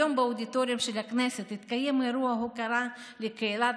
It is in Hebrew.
היום באודיטוריום של הכנסת התקיים אירוע הוקרה לקהילת